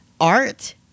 art